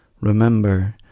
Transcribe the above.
Remember